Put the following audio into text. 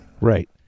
Right